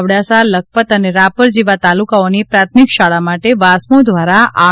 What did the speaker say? અબડાસા લખપત અને રાપર જેવા તાલુકાઓની પ્રાથમિક શાળા માટે વાસ્મો દ્વારા આર